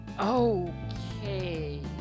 Okay